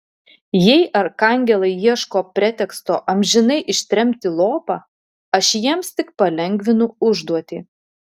jei arkangelai ieško preteksto amžinai ištremti lopą aš jiems tik palengvinu užduotį